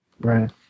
Right